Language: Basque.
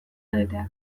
egiteak